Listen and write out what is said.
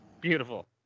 Beautiful